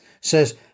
says